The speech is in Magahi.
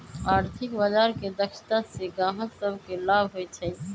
आर्थिक बजार के दक्षता से गाहक सभके लाभ होइ छइ